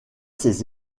ses